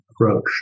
approach